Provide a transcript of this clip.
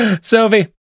sylvie